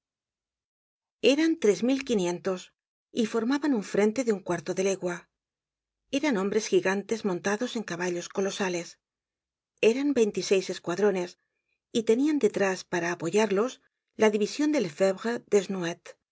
eran tres mil quinientos y formaban un frente de un cuarto de legua eran hombres jigantes montados en caballos colosales eran veintiseis escuadrones y tenian detrás para apoyarlos la division de